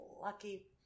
lucky